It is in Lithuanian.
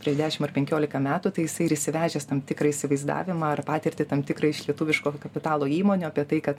prieš dešim ar penkiolika metų tai jisai ir išsivežęs tam tikrą įsivaizdavimą ar patirtį tam tikrą iš lietuviško kapitalo įmonių apie tai kad